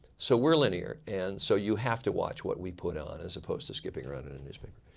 so we're linear. and so you have to watch what we put on. as opposed to skipping around in a newspaper.